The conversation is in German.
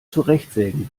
zurechtsägen